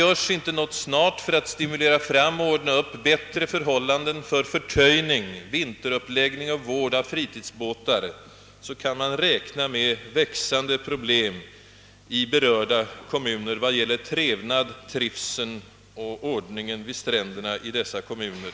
Gör man inte något snart för att åstadkomma bättre förhållanden för förtöjning, vinteruppläggning och vård av fritidsbåtar, kan man räkna med växande problem i berörda kommuner vad gäller trevnad, trivsel och ordning vid stränderna i dessa kommuner.